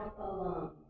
alone